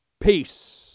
Peace